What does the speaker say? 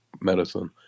Medicine